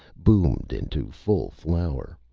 bloomed into full flower.